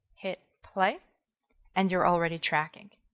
hit play and you're already tracking.